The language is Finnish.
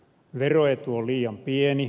veroetu on liian pieni